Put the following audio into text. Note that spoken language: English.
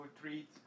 treat